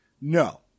No